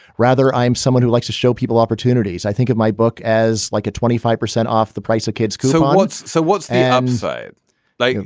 rather, i'm someone who likes to show people opportunities. i think of my book as like a twenty five percent off the price of kids so what's so what's abs side like?